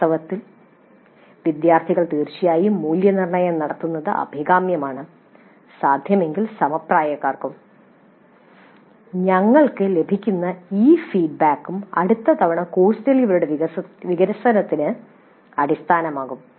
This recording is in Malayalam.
വാസ്തവത്തിൽ വിദ്യാർത്ഥികൾ തീർച്ചയായും മൂല്യനിർണ്ണയം നടത്തുന്നത് അഭികാമ്യമാണ് സാധ്യമെങ്കിൽ സമപ്രായക്കാർക്കും ഞങ്ങൾക്ക് ലഭിക്കുന്ന ഈ ഫീഡ്ബാക്കും അടുത്ത തവണ കോഴ്സ് ഡെലിവറിയുടെ വികസനത്തിന് അടിസ്ഥാനമാകും